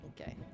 Okay